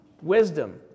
wisdom